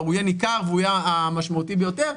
הוא יהיה ניכר והוא יהיה המשמעותי ביותר,